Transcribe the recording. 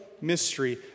mystery